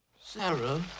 Sarah